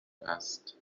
است